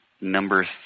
number